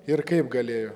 ir kaip galėjo